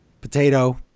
Potato